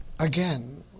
Again